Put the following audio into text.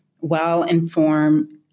well-informed